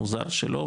מוזר שלא,